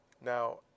Now